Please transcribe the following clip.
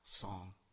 song